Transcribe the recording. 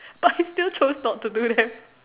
but I still chose not to do them